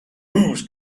who